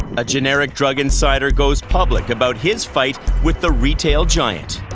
a generic drug insider goes public about his fight with the retail giant.